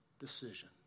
decision